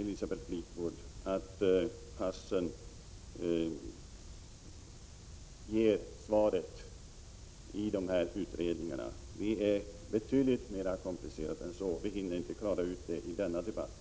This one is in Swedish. Elisabeth Fleetwood, att man i passet alltid finner svar på frågan om vederbörande är jude. Det är betydligt mer komplicerat än så. Vi hinner inte klara ut detta i denna debatt.